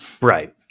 Right